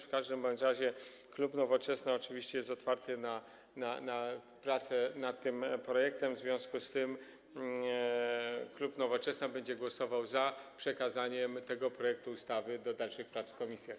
W każdym razie klub Nowoczesna oczywiście jest otwarty na prace nad tym projektem, w związku z czym klub Nowoczesna będzie głosował za przekazaniem tego projektu ustawy do dalszych prac w komisjach.